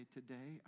Today